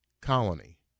colony